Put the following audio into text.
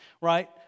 Right